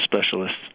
specialists